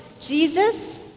Jesus